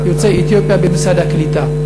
יוצאי אתיופיה במשרד הקליטה.